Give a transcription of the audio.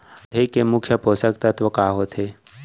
पौधे के मुख्य पोसक तत्व का होथे?